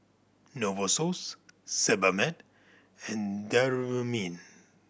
Novosource Sebamed and Dermaveen